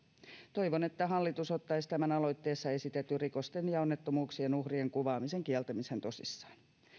toivon että hallitus ottaisi tämän aloitteessa esitetyn rikosten ja onnettomuuksien uhrien kuvaamisen kieltämisen tosissaan